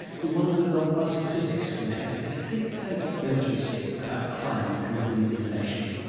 he won the nobel prize for physics and has a distinct sense of urgency about climate and green innovation.